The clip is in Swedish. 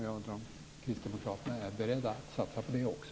Jag undrar om Kristdemokraterna är beredda att satsa på det också.